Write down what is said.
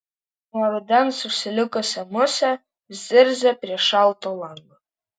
nuo rudens užsilikusi musė zirzia prie šalto lango